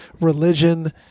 religion